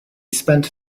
spent